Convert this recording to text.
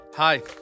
Hi